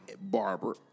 barber